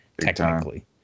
technically